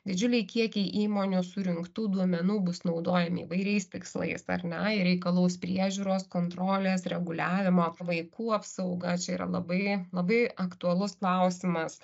didžiuliai kiekiai įmonių surinktų duomenų bus naudojami įvairiais tikslais ar ne jie reikalaus priežiūros kontrolės reguliavimo vaikų apsauga čia yra labai labai aktualus klausimas